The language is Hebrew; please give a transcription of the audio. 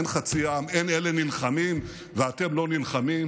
אין חצי עם, אין אלה נלחמים ואתם לא נלחמים.